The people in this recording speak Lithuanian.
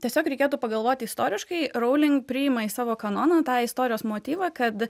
tiesiog reikėtų pagalvoti istoriškai rowling priima į savo kanoną tą istorijos motyvą kad